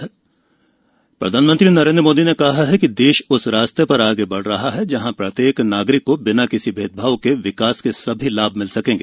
PM AMU प्रधानमंत्री नरेन्द्र मोदी ने कहा है कि देश उस रास्ते पर आगे ब रहा है जहां प्रत्येक नागरिक को बिना किसी भेदभाव के विकास के सभी लाभ मिल सकेंगे